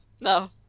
No